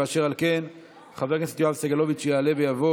ואשר על כן חבר הכנסת יואב סגלוביץ' יעלה ויבוא